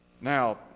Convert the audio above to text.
Now